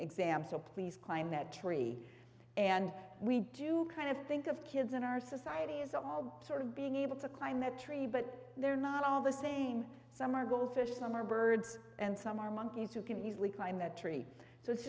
exam so please climb that tree and we do kind of think of kids in our society is all sort of being able to climb that tree but they're not all the same some are goldfish some are birds and some are monkeys who can easily climb that tree so it's